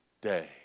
day